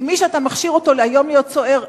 כי מי שאתה מכשיר אותו היום להיות צוער,